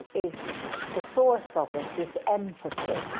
is the source of it is empathy.